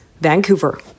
Vancouver